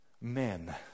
men